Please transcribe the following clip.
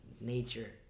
nature